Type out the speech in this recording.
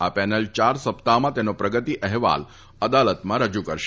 આ પેનલ ચાર સપ્તાહ્માં તેનો પ્રગતી અફેવાલ અદાલતમાં રજુ કરશે